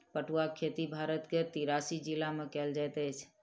पटुआक खेती भारत के तिरासी जिला में कयल जाइत अछि